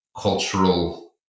cultural